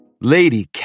Lady